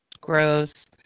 gross